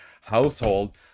household